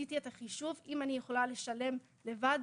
עשיתי את החישוב של אם אני יכולה לשלם אותו לבד,